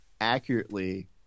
accurately